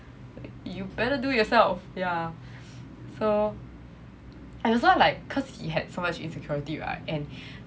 you better do it yourself yeah so and also like because he had so much insecurity right and